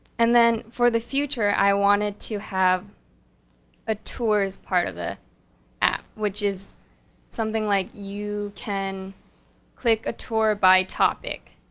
and then, for the future, i wanted to have a tours part of the app, which is something like you can click a tour by topic.